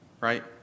right